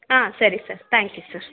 ಹಾಂ ಸರಿ sir thank you sir